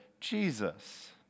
Jesus